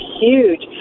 huge